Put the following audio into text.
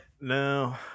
No